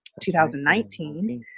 2019